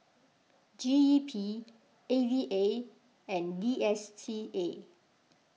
G E P A V A and D S T A